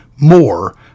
More